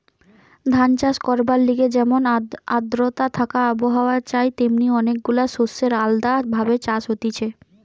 ধান চাষ করবার লিগে যেমন আদ্রতা থাকা আবহাওয়া চাই তেমনি অনেক গুলা শস্যের আলদা ভাবে চাষ হতিছে